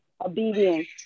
Obedience